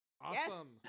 Awesome